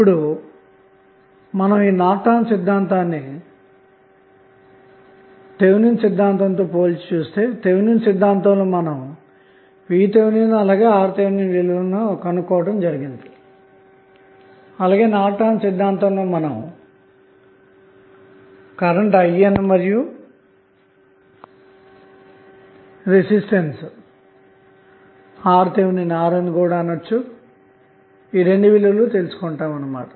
ఇప్పుడు మీరు నార్టన్ సిద్ధాంతాన్ని థెవెనిన్ సిద్ధాంతం తో పోల్చి చూస్తే థెవెనిన్ సిద్ధాంతంలో మనం VTh మరియు RTh విలువలను తెలుసుకొన్నాము అలాగే నార్టన్ సిద్ధాంతంలో మనం IN మరియుRN విలువలను తెలుసుకుంటాము అన్న మాట